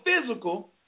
physical